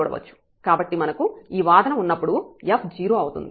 కాబట్టి మనకు ఈ వాదన ఉన్నప్పుడు f 0 అవుతుంది